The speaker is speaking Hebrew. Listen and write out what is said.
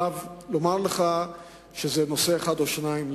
לומר לך שזה נושא אחד או שניים?